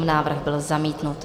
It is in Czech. Návrh byl zamítnut.